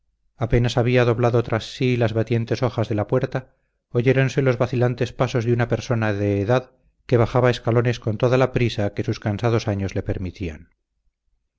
apenas había doblado tras sí las batientes hojas de la puerta oyéronse los vacilantes pasos de una persona de edad que bajaba escalones con toda la prisa que sus cansados años le permitían